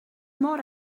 mor